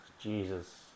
Jesus